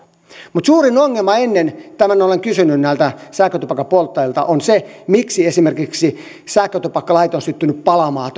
mutta suurin ongelma tämän olen kysynyt näiltä sähkötupakan polttajilta miksi esimerkiksi sähkötupakkalaite on syttynyt palamaan